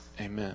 amen